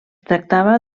tractava